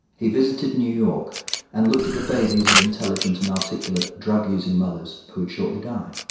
he visited new york and looked at the babies of intelligent and articulate drug-using mothers would shortly die.